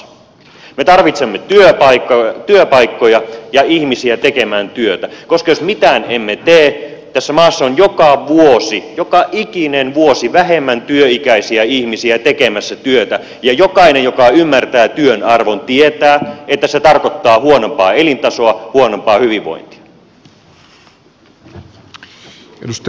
me tarvitsemme työpaikkoja ja ihmisiä tekemään työtä koska jos mitään emme tee tässä maassa on joka vuosi joka ikinen vuosi vähemmän työikäisiä ihmisiä tekemässä työtä ja jokainen joka ymmärtää työn arvon tietää että se tarkoittaa huonompaa elintasoa huonompaa hyvinvointia